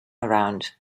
around